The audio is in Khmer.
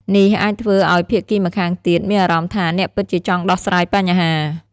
នេះអាចធ្វើឱ្យភាគីម្ខាងទៀតមានអារម្មណ៍ថា អ្នកពិតជាចង់ដោះស្រាយបញ្ហា។